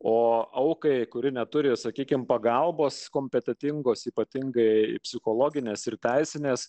o aukai kuri neturi sakykime pagalbos kompetentingos ypatingai psichologinės ir teisinės